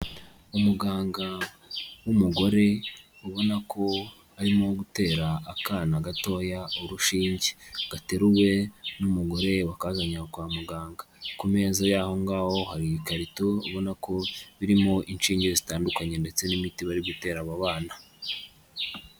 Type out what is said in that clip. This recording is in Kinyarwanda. Umuganga w'umugore ubona ko arimo gutera akana gatoya urushinge. Gateruwe n'umugore wakazanye aho kwa muganga. Ku meza yaho ngaho hari ibikarito ubona ko birimo inshinge zitandukanye ndetse n'imiti bari gutera abo bana.